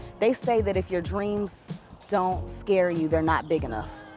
they say that if your dreams don't scare you, they're not big enough.